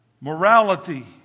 morality